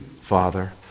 father